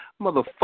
Motherfucker